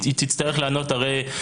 ואחריי יש צעירים שהמשפחות שלהם נהרסו.